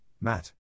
Matt